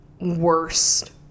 worst